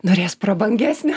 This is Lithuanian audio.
norės prabangesnio